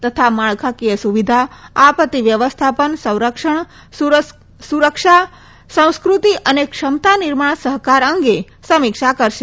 તથા માળખાકીય સુવિધા આપત્તિ વ્યવસ્થાપન સંરક્ષણ સુરક્ષા સંસ્કૃતિ િઅને ક્ષમતા નિર્માણ સહકાર અંગે સમીક્ષા કરશે